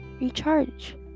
recharge